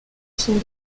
sont